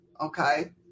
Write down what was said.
okay